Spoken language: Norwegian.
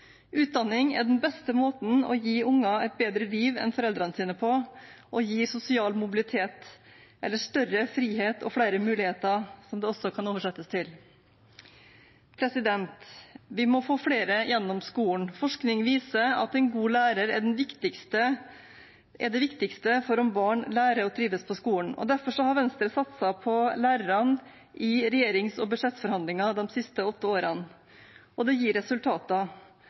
Utdanning er den beste måten å gi unger et bedre liv enn foreldrene sine og også sosial mobilitet på – eller større frihet og flere muligheter, som det også kan oversettes til. Vi må få flere igjennom skolen. Forskning viser at en god lærer er det viktigste for om barn lærer og trives på skolen. Derfor har Venstre satset på lærerne i regjerings- og budsjettforhandlinger de siste åtte årene. Det gir resultater.